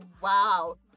wow